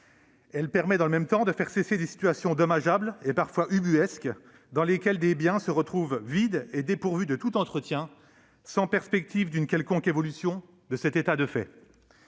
Elle permet dans le même temps de faire cesser des situations dommageables, et parfois ubuesques, dans lesquelles des biens se trouvent vides et dépourvus de tout entretien, sans perspective d'une quelconque évolution de cet état de fait.